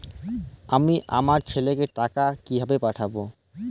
আমি আমার ছেলেকে টাকা কিভাবে পাঠাব?